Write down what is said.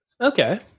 Okay